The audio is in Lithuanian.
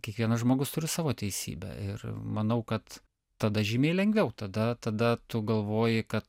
kiekvienas žmogus turi savo teisybę ir manau kad tada žymiai lengviau tada tada tu galvoji kad